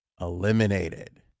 eliminated